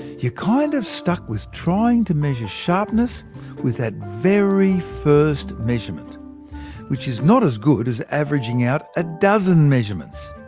you're kind of stuck with trying to measure sharpness with that very first measurement which is not as good as averaging out a dozen measurements.